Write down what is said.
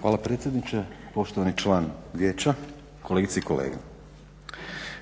Hvala predsjedniče, poštovani član Vijeća, kolegice i kolege.